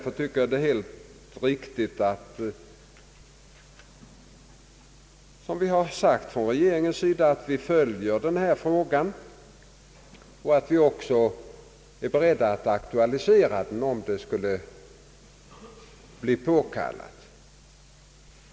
Jag anser det vara riktigt att, som regeringen också har framhållit, vi följer denna fråga och är beredda att aktualisera den om det skulle vara påkallat.